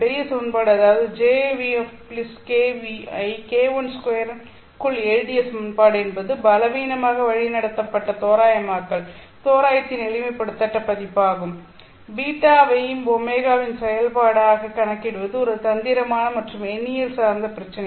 பெரிய சமன்பாடு அதாவது Jʋkʋ ஐ K12 க்குள் எழுதிய சமன்பாடு என்பது பலவீனமாக வழிநடத்தப்பட்ட தோராயமாக்கல் தோராயத்தின் எளிமைப்படுத்தப்பட்ட பதிப்பாகும் β வை ω வின் செயல்பாடாக கணக்கிடுவது ஒரு தந்திரமான மற்றும் எண்ணியல் சார்ந்த பிரச்சினை